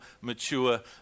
mature